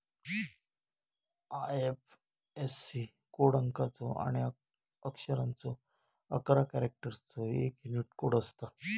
IFSC code अंकाचो आणि अक्षरांचो अकरा कॅरेक्टर्सचो एक यूनिक कोड असता